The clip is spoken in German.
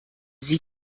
sie